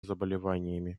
заболеваниями